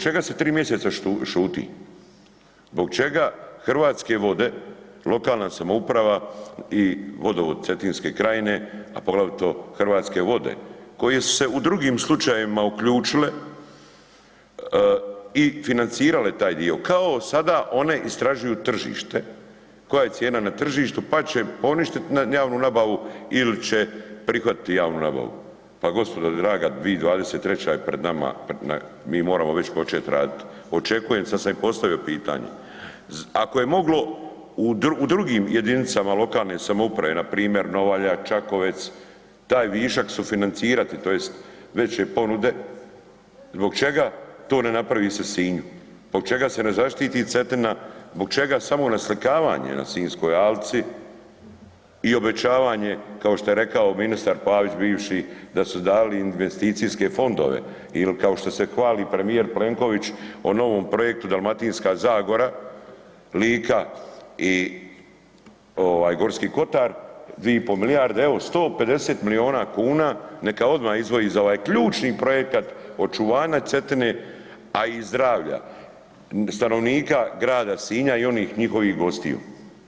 čega Hrvatske vode, lokalna samouprava i Vodovod Cetinske krajine, a poglavito Hrvatske vode koje su se u drugim slučajevima uključile i financirale taj dio, kao sada one istražuju tržište, koja je cijena na tržištu pa će poništiti javnu nabavu ili će prihvatiti javnu nabavu, pa gospodo draga, 2023. je pred nama, mi moramo već počet raditi, očekujem, sad sam i postavio pitanje, ako je moglo u drugim jedinicama lokalne samouprave, na primjer Novalja, Čakovec, taj višak sufinancirati to jest veće ponude, zbog čega to ne napravi se Sinju, zbog čega se ne zaštiti Cetina, zbog čega samo naslikavanje na Sinjskoj alci i obećavanje kao što je rekao ministar Pavić bivši da su dali investicijske fondove ili kao što se hvali premijer Plenković o novom projektu Dalmatinska Zagora, Lika i ovaj Gorski Kotar, dvije i pol milijarde, evo sto pedeset milijuna kuna neka odmah izdvoji za ovaj ključni projekat očuvanja Cetine, a i zdravlja stanovnika grada Sinja i onih njihovih gostiju.